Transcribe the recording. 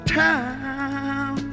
time